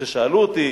כששאלו אותי